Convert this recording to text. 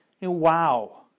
Wow